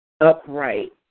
upright